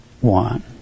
one